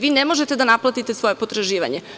Vi ne možete da naplatite svoja potraživanja.